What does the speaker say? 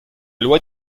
loi